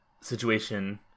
situation